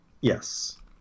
Yes